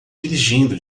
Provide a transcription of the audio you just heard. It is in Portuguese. dirigindo